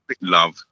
love